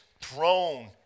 throne